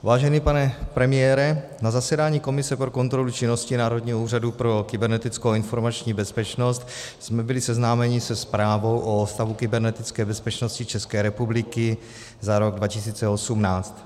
Vážený pane premiére, na zasedání komise pro kontrolu činnosti Národního úřadu pro kybernetickou a informační bezpečnost jsme byli seznámeni se zprávou o stavu kybernetické bezpečnosti České republiky za rok 2018.